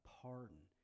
pardon